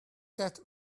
that